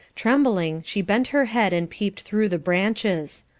trembling, she bent her head and peeped through the branches.